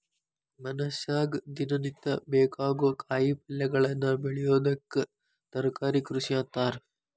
ಮನಷ್ಯಾಗ ದಿನನಿತ್ಯ ಬೇಕಾಗೋ ಕಾಯಿಪಲ್ಯಗಳನ್ನ ಬೆಳಿಯೋದಕ್ಕ ತರಕಾರಿ ಕೃಷಿ ಅಂತಾರ